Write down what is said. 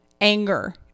anger